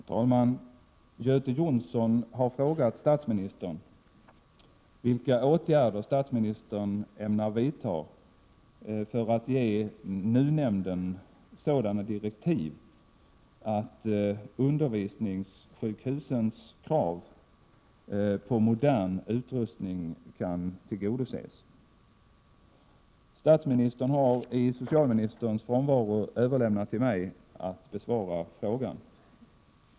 Herr talman! Göte Jonsson har frågat statsministern vilka åtgärder han ämnar vidta för att ge NUU-nämnden sådana direktiv att undervisningssjukhusens krav på modern utrustning kan tillgodoses. Statsministern har i socialministerns frånvaro överlämnat till mig att besvara frågan.